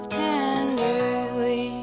tenderly